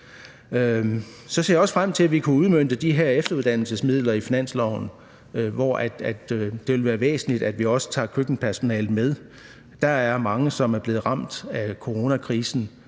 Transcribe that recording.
Så ser jeg også frem til, at vi kan udmønte de her efteruddannelsesmidler i finansloven, hvor det er væsentligt, at vi også tager køkkenpersonalet med. Der er mange, som er blevet ramt af coronakrisen